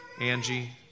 Angie